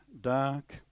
dark